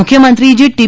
મુખ્યમંત્રીએ જે ટી